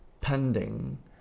pending